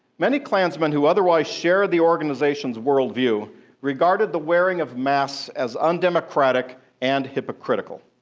many klansmen who otherwise share the organization's worldview regarded the wearing of masks as undemocratic and hypocritical.